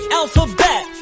alphabet